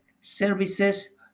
services